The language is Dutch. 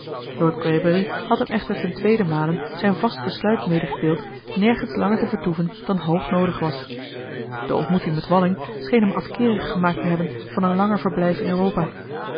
greybury had hem echter ten tweeden male zijn vast besluit medegedeeld nergens langer te vertoeven dan hoog noodig was de ontmoeting met walling scheen hem afkeerig gemaakt te hebben van een langer verblijf in europa